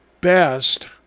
best